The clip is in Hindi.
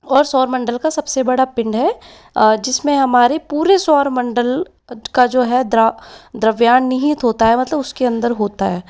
और सौरमंडल का सबसे बड़ा पिंड है जिसमें हमारे पूरे सौरमंडल का जो है द्र द्रव्य निहित होता है मतलब उसके अंदर होता है